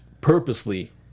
purposely